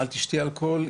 שלא תשתה אלכוהול.